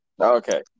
Okay